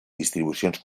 distribucions